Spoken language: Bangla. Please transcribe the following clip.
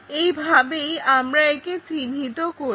এই ভাবেই আমরা একে চিহ্নিত করি